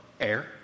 air